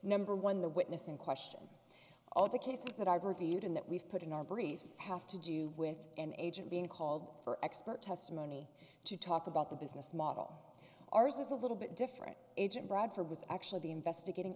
number one the witness in question all the cases that i've reviewed and that we've put in our briefs have to do with an agent being called for expert testimony to talk about the business model ours is a little bit different agent broad for was actually the investigating